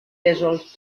pèsols